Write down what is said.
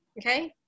Okay